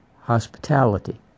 hospitality